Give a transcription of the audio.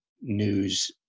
news